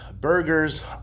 Burgers